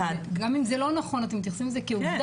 גם אם זה לא נכון אתם מתייחסים לזה כעובדה